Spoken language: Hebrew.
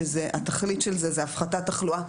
שהתכלית של זה היא הפחתת תחלואה,